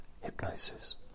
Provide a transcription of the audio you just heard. Hypnosis